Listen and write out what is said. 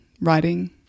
writing